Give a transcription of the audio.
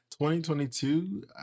2022